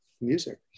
music